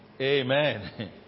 Amen